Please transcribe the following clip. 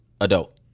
adult